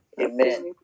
Amen